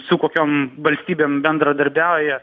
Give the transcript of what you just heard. su kokiom valstybėm bendradarbiauja